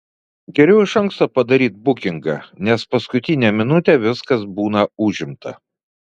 geriau iš anksto padaryt bukingą nes paskutinę minutę viskas būna užimta